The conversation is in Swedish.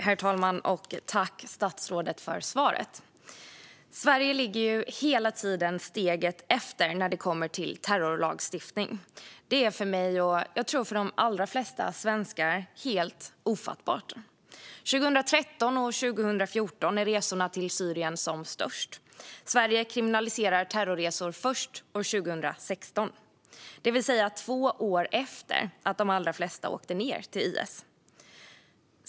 Herr talman! Tack, statsrådet, för svaret! Sverige ligger hela tiden steget efter när det kommer till terrorlagstiftning. Det är för mig och för de allra flesta svenskar, tror jag, helt ofattbart. Åren 2013 och 2014 var resorna till Syrien som mest omfattande. Sverige kriminaliserade terrorresor först år 2016, det vill säga två år efter att de allra flesta åkt ned till IS.